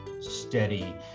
steady